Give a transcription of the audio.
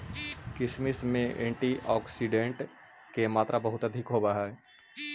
किशमिश में एंटीऑक्सीडेंट के मात्रा बहुत अधिक होवऽ हइ